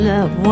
Love